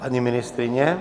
Paní ministryně?